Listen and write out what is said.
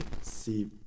see